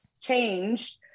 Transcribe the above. changed